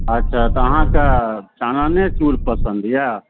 अच्छा तऽ अहाँके चानने चूर पसन्द अइ